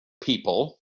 people